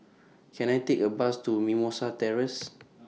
Can I Take A Bus to Mimosa Terrace